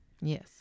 Yes